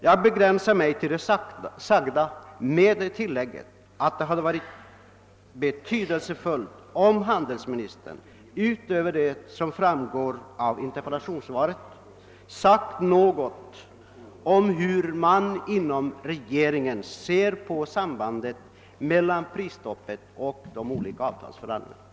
Jag begränsar mig till det hu sagda med tillägget, att det hade varit värdefullt om handelsministern, utöver vad som framgår av interpellationssvaret, hade sagt något om hur man inom regeringen ser på sambandet mellan prisstoppet och de olika avtalsförhandlingarna.